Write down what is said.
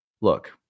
look